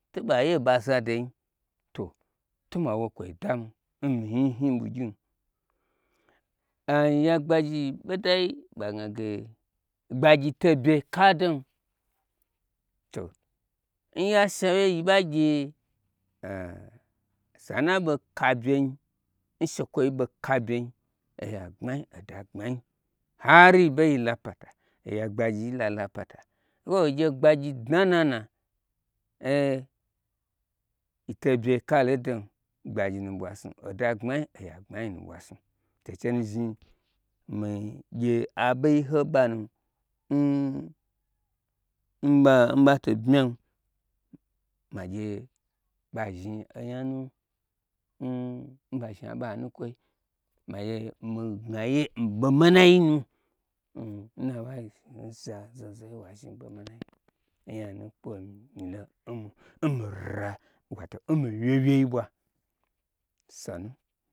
To ɓa ye n ɓa zadoyim to tomawo kwo damin n mi hni hni ɓwu gyim am oya gbagyi n ɓodai magnage gbayi ton byei ka n dom to n ya shawye yi ɓa gye sanu'a ɓei ka bye nyim n shekwoyi ɓei ka bye nyi oya gbmanyi oda gbmanyi hari yibei yila pata oya gbagyi lala pata ho gye gbagyi dna nnana ee yito n byei kalo ndom oya gbmanyi oda gbma nyi nu ɓwasnu to clunu zhni mi gye aɓe ho n ɓanu n n ɓaɓa to ɓmyam magye ɓa zhni onya nu n n ɓa zhni aɓo a nukwoi magye mi gnaye n ɓo manai nu nyanu nkwolo woto nmi ra wato nmi wyei wyei ɓwa sonu.